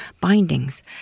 bindings